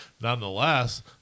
nonetheless